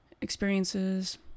experiences